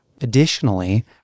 additionally